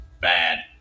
bad